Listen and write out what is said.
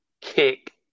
kick